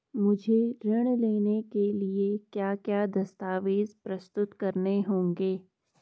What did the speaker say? मुझे ऋण लेने के लिए क्या क्या दस्तावेज़ प्रस्तुत करने होंगे?